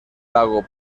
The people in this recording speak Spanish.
lago